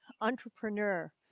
Entrepreneur